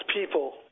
people